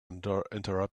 interrupted